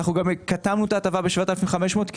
אנחנו גם קטמנו את ההטבה ב-7,500 ₪,